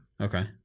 Okay